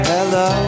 Hello